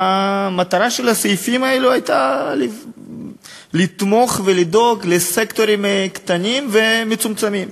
והמטרה של הסעיפים האלו הייתה לתמוך ולדאוג לסקטורים קטנים ומצומצמים.